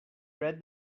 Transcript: read